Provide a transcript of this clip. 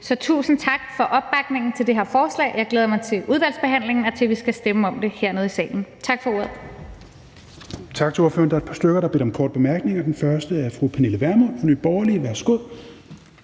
Så tusind tak for opbakningen til det her forslag. Jeg glæder mig til udvalgsbehandlingen og til, at vi skal stemme om det hernede i salen. Tak for ordet.